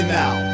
now